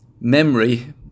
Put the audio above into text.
memory